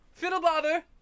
Fiddlebother